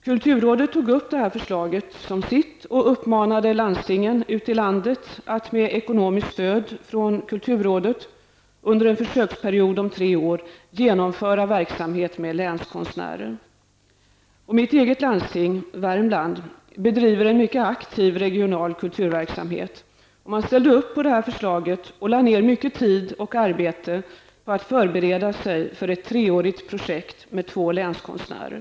Kulturrådet tog upp det här förslaget som sitt och uppmanade landstingen ute i landet att med ekonomiskt stöd från kulturrådet under en försöksperiod om tre år genomföra verksamhet med länskonstnärer. Mitt eget landsting, Värmlands landsting, som bedriver en mycket aktiv regional kulturverksamhet, ställde sig bakom detta förslag och lade ned mycket tid och arbete på att förbereda sig för att ett treårigt projekt med två länskonstnärer.